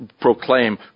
proclaim